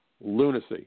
Lunacy